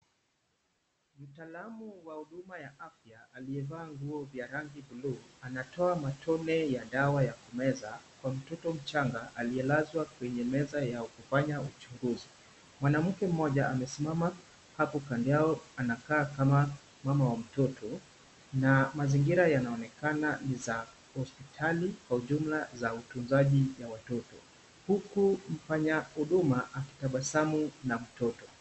Mtaalamu wa huduma ya afya aliyevaa nguo vya rangi bluu anatoa matone ya dawa ya kumeza kwa mtoto mchanga aliyelazwa kwenye meza ya kufanya uchunguzi. Mwanamke mmoja amesimama hapo kando yao anakaa kama mama wa mtoto na mazingira yanaonekana ni za hospitali kwa ujumla za utunzaji ya watoto huku mfanya huduma akitabasamu na mtoto.